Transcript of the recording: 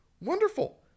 Wonderful